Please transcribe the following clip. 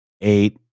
eight